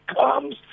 comes